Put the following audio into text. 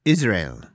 Israel